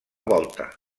volta